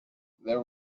there